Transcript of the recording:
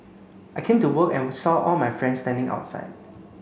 I came to work and saw all my friends standing outside